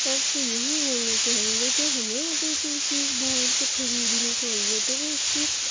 آپ سے یہی بولنا چاہیں گے کہ ہمیں اگر کوئی چیز باہر سے خریدنی چاہیے تو وہ اس کی